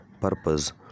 purpose